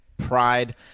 pride